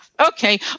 Okay